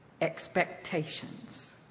Expectations